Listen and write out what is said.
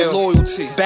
loyalty